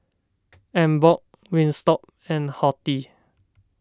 Emborg Wingstop and Horti